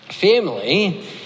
Family